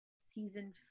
season